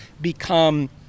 become